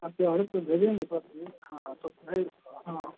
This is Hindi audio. आप केवाड़ीपुर भेजेंगे साथ में हाँ तो हाँ